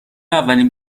اولین